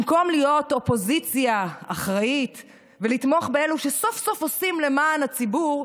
במקום להיות אופוזיציה אחראית ולתמוך באלו שסוף-סוף עושים למען הציבור,